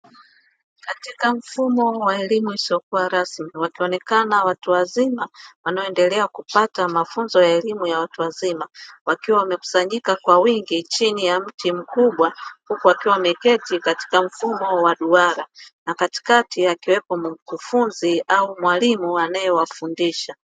Katika mfumo wa elimu isiyokuwa rasmi wakionekana watu wazima wanaoendelea kupata mafunzo ya elimu ya watu wazima, wakiwa wamekusanyika kwa wingi chini ya miti mkubwa huku wakiwa wameketi katika mfumo wa duara na katikati, akiwepo mkufunzi au mwalimu anayewafundisha.